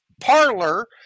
Parlor